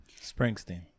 Springsteen